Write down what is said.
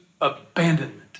abandonment